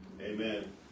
Amen